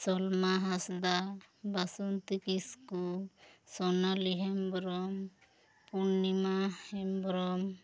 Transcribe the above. Salma Hansda Basanti Kisku Sonali Hembrom Purnima Hembrom